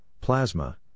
plasma